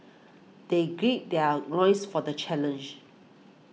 they gird their loins for the challenge